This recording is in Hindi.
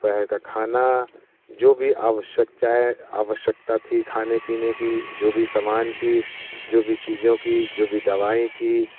दोपहर का खाना जो भी आवश्यकता थी खाने पीने की जो भी समान की जो भी चीज़ों की जो भी दवाई की